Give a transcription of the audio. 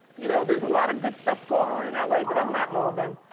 you know, there's a lot of good stuff going on in l a. but i'm not movin',